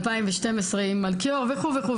2012, עם מלכיאור וכו'.